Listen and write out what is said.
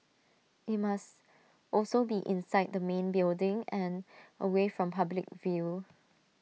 IT must also be inside the main building and away from public view